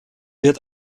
wird